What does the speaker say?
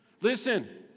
Listen